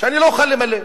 שאני לא אוכל למלא.